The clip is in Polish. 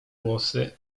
włosy